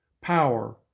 power